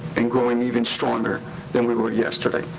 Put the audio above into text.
and growing even stronger than we were yesterday.